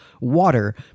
water